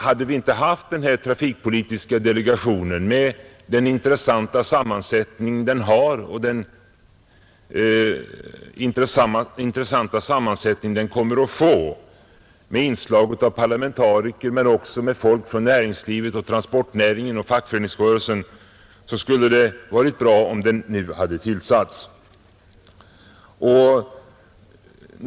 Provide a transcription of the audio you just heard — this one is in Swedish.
Hade vi inte haft den här trafikpolitiska delegationen med den intressanta sammansättning den har och kommer att få, med inslag av parlamentariker men också med folk från näringslivet, transportnäringen och fackföreningsrörelsen, så skulle det ha varit bra om den nu hade tillsatts.